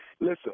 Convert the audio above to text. Listen